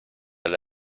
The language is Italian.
alle